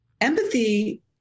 empathy